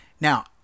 Now